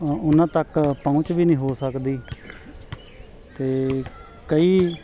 ਉਹਨਾਂ ਤੱਕ ਪਹੁੰਚ ਵੀ ਨਹੀਂ ਹੋ ਸਕਦੀ ਤੇ ਕਈ